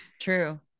True